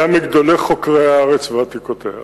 היה מגדולי חוקרי הארץ ועתיקותיה.